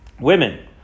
Women